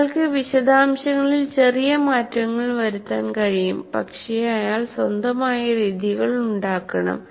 അയാൾക്ക് വിശദാംശങ്ങളിൽ ചെറിയ മാറ്റങ്ങൾ വരുത്താൻ കഴിയും പക്ഷേ അയാൾ സ്വന്തമായ രീതികൾ ഉണ്ടാക്കണം